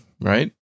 right